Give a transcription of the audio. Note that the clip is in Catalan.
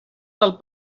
del